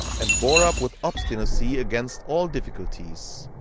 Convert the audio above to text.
and bore up with obstinacy against all difficulties.